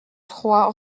trois